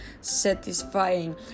satisfying